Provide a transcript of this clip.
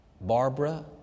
Barbara